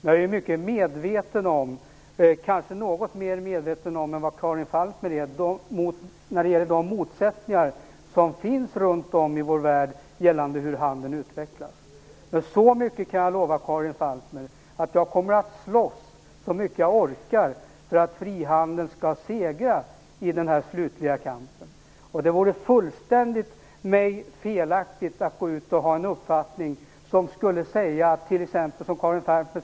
Jag är mycket medveten om - kanske något mer medveten än Karin Falkmer - de motsättningar som finns runt om i vår värld gällande hur handeln utvecklas, men så mycket kan jag lova Karin Falkmer att jag kommer att slåss så mycket jag orkar för att frihandeln skall segra i den här slutliga kampen. Karin Falkmer säger att folk uppfattar Sverige som ett socialistiskt land.